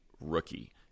rookie